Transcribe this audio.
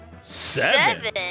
Seven